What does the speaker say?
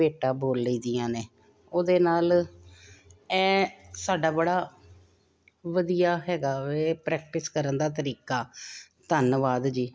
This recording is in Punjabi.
ਭੇਟਾ ਬੋਲ ਲਈ ਦੀਆਂ ਨੇ ਉਹਦੇ ਨਾਲ ਇਹ ਸਾਡਾ ਬੜਾ ਵਧੀਆ ਹੈਗਾ ਵੈ ਪ੍ਰੈਕਟਿਸ ਕਰਨ ਦਾ ਤਰੀਕਾ ਧੰਨਵਾਦ ਜੀ